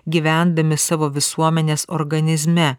gyvendami savo visuomenės organizme